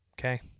okay